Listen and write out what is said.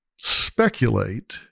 speculate